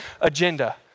agenda